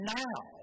now